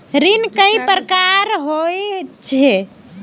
ऋण कई प्रकार होए है?